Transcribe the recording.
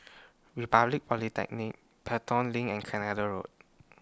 Republic Polytechnic Pelton LINK and Canada Road